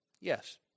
Yes